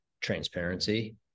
transparency